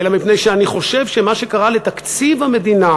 אלא מפני שאני חושב שמה שקרה לתקציב המדינה